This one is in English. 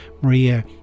Maria